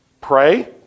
pray